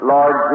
Lord